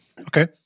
Okay